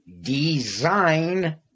design